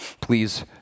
Please